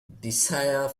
desire